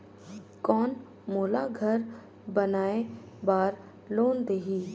कौन मोला घर बनाय बार लोन देही?